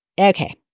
Okay